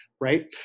right